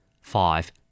Five